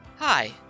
Hi